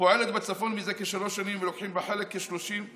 פועלת בצפון מזה כשלוש שנים ולוקחים בה חלק כ-33,000,